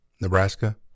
Nebraska